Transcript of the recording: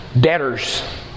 debtors